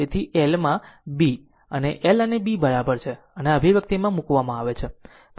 તેથી l માં B આ l અને B એ બરાબર છે અને આ અભિવ્યક્તિમાં મૂકવામાં આવે છે